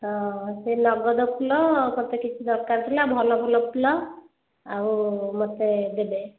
ହଁ ସେ ନଗଦ ଫୁଲ ମୋତେ କିଛି ଦରକାର ଥିଲା ଭଲ ଫୁଲ ଆଉ ମୋତେ ଦେବେ